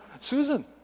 Susan